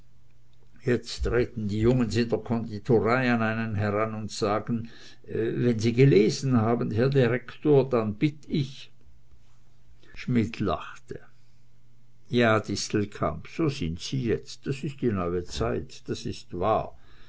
jetzt treten die jungens in der konditorei an einen heran und sagen wenn sie gelesen haben herr direktor dann bitt ich schmidt lachte ja distelkamp so sind sie jetzt das ist die neue zeit das ist wahr